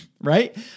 right